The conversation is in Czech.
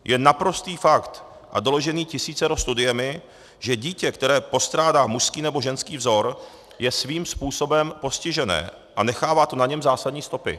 Je naprostý fakt a doložený tisícero studiemi, že dítě, které postrádá mužský nebo ženský vzor, je svým způsobem postižené a nechává to na něm zásadní stopy.